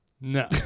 No